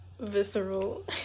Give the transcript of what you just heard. visceral